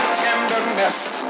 tenderness